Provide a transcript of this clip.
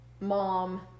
mom